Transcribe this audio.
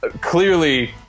Clearly